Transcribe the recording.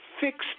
fixed